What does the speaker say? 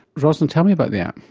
roslyn, tell me about the app.